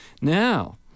now